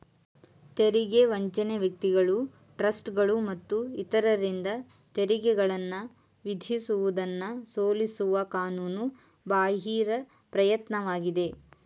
ತೆರಿಗೆ ವಂಚನೆ ವ್ಯಕ್ತಿಗಳು ಟ್ರಸ್ಟ್ಗಳು ಮತ್ತು ಇತರರಿಂದ ತೆರಿಗೆಗಳನ್ನ ವಿಧಿಸುವುದನ್ನ ಸೋಲಿಸುವ ಕಾನೂನು ಬಾಹಿರ ಪ್ರಯತ್ನವಾಗಿದೆ